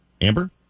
Amber